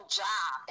job